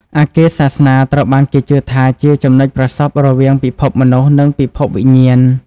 អគារសាសនា ត្រូវបានគេជឿថាជាចំណុចប្រសព្វរវាងពិភពមនុស្សនិងពិភពវិញ្ញាណ។